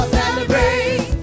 celebrate